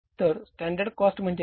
तर standard cost काय आहे